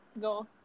go